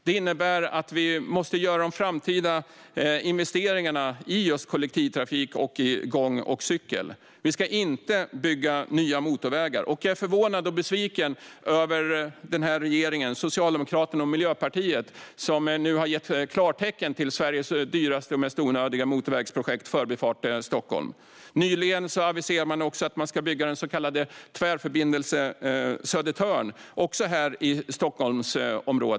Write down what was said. Det innebär att vi måste göra de framtida investeringarna i just kollektivtrafik och för gång och cykel. Vi ska inte bygga nya motorvägar. Jag är förvånad och besviken över regeringen med Socialdemokraterna och Miljöpartiet, som nu har gett klartecken till Sveriges dyraste och mest onödiga motorvägsprojekt, Förbifart Stockholm. Nyligen aviserade man också att man ska bygga den så kallade Tvärförbindelse Södertörn, också här i Stockholmsområdet.